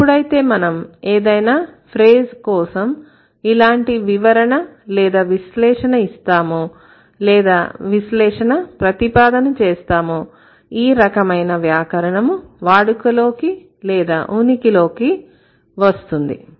ఎప్పుడైతే మనం ఏదైనా ఫ్రేజ్ కోసం ఇలాంటి వివరణ లేదా విశ్లేషణ ఇస్తామో లేదా విశ్లేషణ ప్రతిపాదన చేస్తామో ఈ రకమైన వ్యాకరణము వాడుక లేదా ఉనికిలోకి వస్తుంది